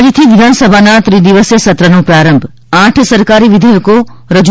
આજથી વિધાનસભાના ત્રિદિવસીય સત્રનો પ્રારંભ આઠ સરકારી વિધેયકો રજૂ